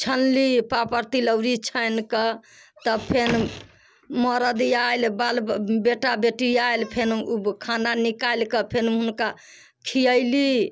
छनली पापड़ तिलौरी छानिके तब फेन मरद आयल बाल बेटा बेटी आयल फेन खाना निकालिके फेन हुनका खियली